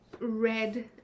red